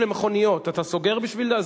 כביש למכוניות אתה סוגר בשביל זה?